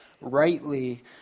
rightly